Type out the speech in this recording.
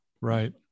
right